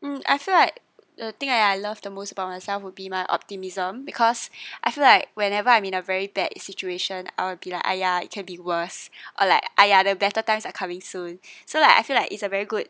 mm I feel like the thing I I love the most about myself would be my optimism because I feel like whenever I'm in a very bad situation or be like !aiya! it can be worse or like !aiya! the better times are coming soon so like I feel like it's a very good